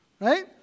right